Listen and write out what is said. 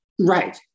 Right